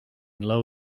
low